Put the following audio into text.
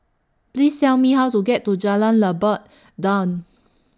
Please Tell Me How to get to Jalan Lebat Daun